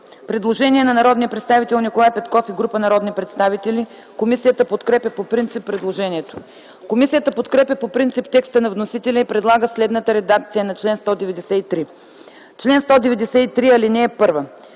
предложение от народния представител Николай Петков и група народни представители. Комисията подкрепя предложението. Комисията подкрепя по принцип текста на вносителя и предлага следната редакция на чл. 155: „Чл. 155. (1) При